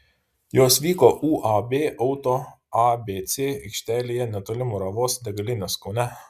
jos vyko uab auto abc aikštelėje netoli muravos degalinės kaune